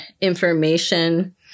information